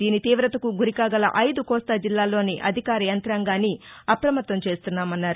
దీని తీవతకు గురికాగల అయిదు కోస్తా జిల్లాల్లోని అధికార యంత్రాంగాన్ని అపమత్తం చేస్తున్నామన్నారు